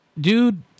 dude